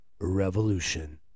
revolution